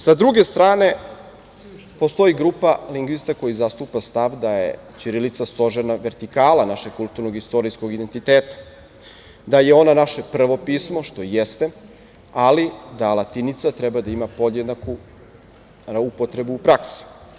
Sa druge strane, postoji grupa lingvista koji zastupa stav da je ćirilica stožerna vertikala našeg kulturnog istorijskog identiteta, da je ona naše prvo pismo, što i jeste, ali da latinica treba da ima podjednaku upotrebu u praksi.